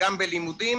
לא הגיוניים.